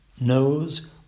knows